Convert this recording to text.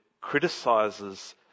criticises